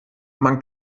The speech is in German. man